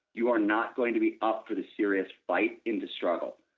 you are not going to be up for this serious fight into struggle,